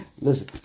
Listen